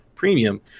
premium